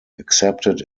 accepted